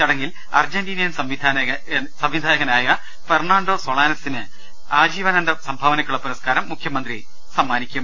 ചടങ്ങിൽ അർജന്റീനിയൻ സംവിധായകനായ ഫെർണാണ്ടോ സൊളാനസിന് ആജീവനാന്ത സംഭാവനക്കുള്ള പൂർസ്ക്കാരം മുഖ്യമന്ത്രി സമ്മാനിക്കും